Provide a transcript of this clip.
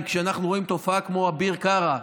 כשאנחנו רואים תופעה כמו אביר קארה,